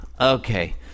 Okay